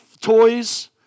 toys